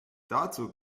dazu